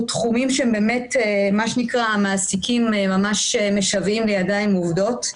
תחומים שהמעסיקים ממש משוועים לידיים עובדות.